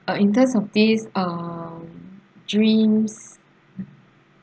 uh in terms of these um dreams